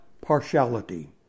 partiality